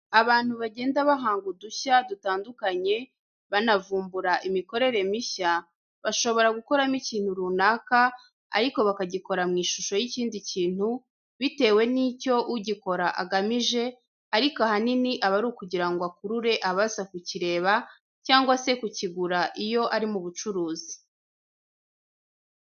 Abantu bagenda bahanga udushya dutandukanye banavumbura imikorere mishya, bashobora gukoramo ikintu runaka ariko bakagikora mu ishusho y'ikindi kintu bitewe n'icyo ugikora agamije ariko ahanini aba ari ukugira ngo akurure abaza kukireba cyangwa se kukigura iyo ari mu bucuruzi.